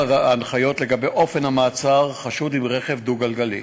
ההנחיות לגבי אופן מעצר חשוד עם רכב דו-גלגלי.